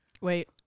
wait